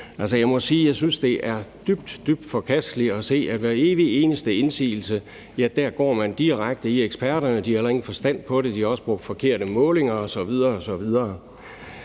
jeg synes, det er dybt, dybt forkasteligt at se, at ved hver evig eneste indsigelse går man direkte i eksperterne: De har ingen forstand på det, de har også brugt forkerte målinger osv.